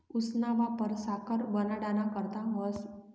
ऊसना वापर साखर बनाडाना करता व्हस